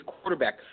quarterback